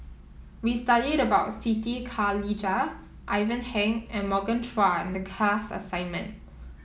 we studied about Siti Khalijah Ivan Heng and Morgan Chua in the class assignment